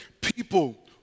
people